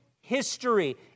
history